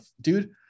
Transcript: dude